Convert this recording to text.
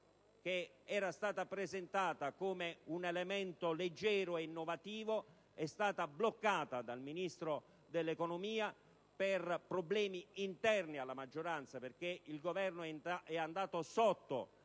di stabilità, presentata come elemento e leggero innovativo, è stata bloccata dal Ministro dell'economia per problemi interni alla maggioranza, perché il Governo è andato sotto